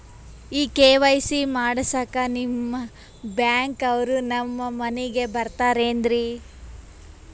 ಈ ಕೆ.ವೈ.ಸಿ ಮಾಡಸಕ್ಕ ನಿಮ ಬ್ಯಾಂಕ ಅವ್ರು ನಮ್ ಮನಿಗ ಬರತಾರೆನ್ರಿ?